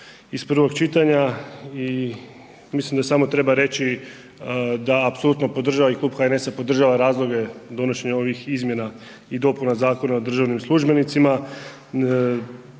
iz prvog čitanja i mislim da samo treba reći da apsolutno podržavam i klub HNS-a podržava razloge donošenje ovih izmjena i dopuna Zakona o državnim službenicima.